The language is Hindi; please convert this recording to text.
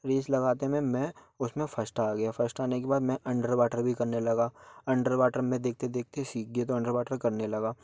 रेस लगाते में मैं उसमें फर्स्ट आ गया फर्स्ट आने के बाद मैं अंडरवाटर भी करने लगा अंडरवाटर मैं देखते देखते सीख गया तो अंडरवाटर करने लगा